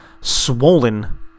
swollen